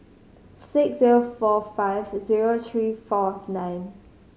six zero four five zero three fourth nine